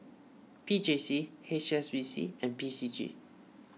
P J C H S B C and P C G